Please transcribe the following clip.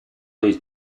these